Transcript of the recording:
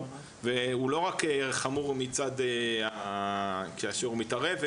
והוא לא רק חמור מצד השיעור שמתערב,